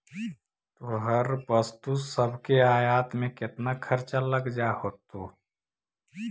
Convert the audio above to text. तोहर वस्तु सब के आयात में केतना खर्चा लग जा होतो?